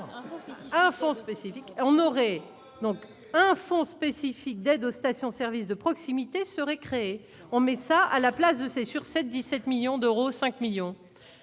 un fonds spécifique d'aide aux stations service de proximité serait créés, on met ça à la place de ces sur 7 17 millions d'euros, 5 millions